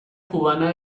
cubana